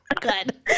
good